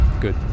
good